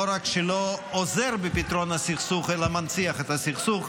רק שלא עוזר בפתרון הסכסוך אלא מנציח את הסכסוך,